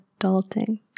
adulting